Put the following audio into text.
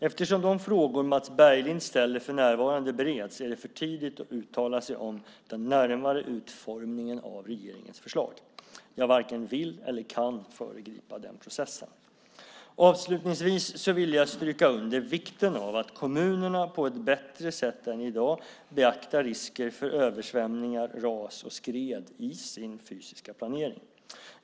Eftersom de frågor Mats Berglind ställer för närvarande bereds är det för tidigt att uttala sig om den närmare utformningen av regeringens förslag. Jag varken vill eller kan föregripa den processen. Avslutningsvis vill jag stryka under vikten av att kommunerna på ett bättre sätt än i dag beaktar risken för översvämningar, ras och skred i sin fysiska planering.